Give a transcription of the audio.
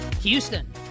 Houston